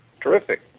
Terrific